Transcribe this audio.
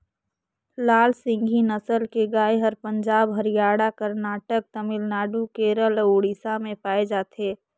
लाल सिंघी नसल के गाय हर पंजाब, हरियाणा, करनाटक, तमिलनाडु, केरल अउ उड़ीसा में पाए जाथे